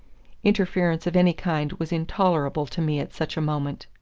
interference of any kind was intolerable to me at such a moment.